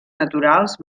naturals